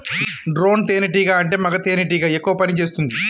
drone తేనే టీగా అంటే మగ తెనెటీగ ఎక్కువ పని చేస్తుంది